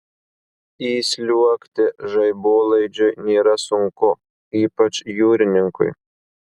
įsliuogti žaibolaidžiu nėra sunku ypač jūrininkui